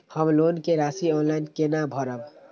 हम लोन के राशि ऑनलाइन केना भरब?